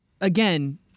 again